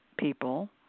people